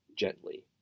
Gently